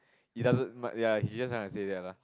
it doesn't ya he's just trying to say that lah